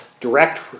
direct